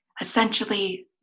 Essentially